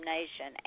Nation